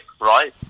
right